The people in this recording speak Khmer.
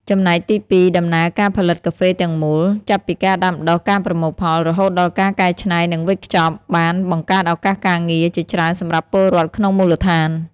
ចំណែកទីពីរ ដំណើរការផលិតកាហ្វេទាំងមូល ចាប់ពីការដាំដុះ ការប្រមូលផល រហូតដល់ការកែច្នៃ និងវេចខ្ចប់ បាន បង្កើតឱកាសការងារ ជាច្រើនសម្រាប់ពលរដ្ឋក្នុងមូលដ្ឋាន។